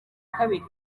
kabiri